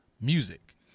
music